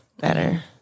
better